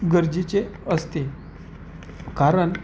गरजेचे असते कारण